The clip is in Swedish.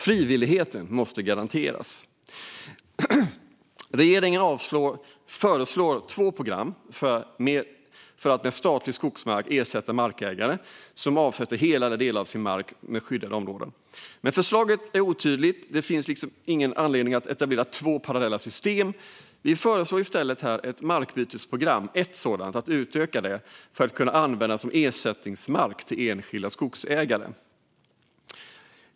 Frivilligheten måste garanteras. Regeringen föreslår två program för att med statlig skogsmark ersätta markägare som avsätter hela eller delar av sin mark som skyddade områden. Men förslaget är otydligt. Det finns ingen anledning att etablera två parallella system. Vi föreslår i stället att markbytesprogrammet utökas så att det kan användas för att ge ersättningsmark till enskilda skogsägare.